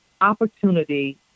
opportunity